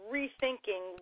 rethinking